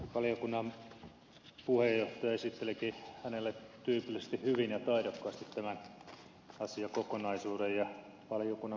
valiokunnan puheenjohtaja esittelikin hänelle tyypillisesti hyvin ja taidokkaasti tämän asiakokonaisuuden ja valiokunnan mietinnön mutta kuten ed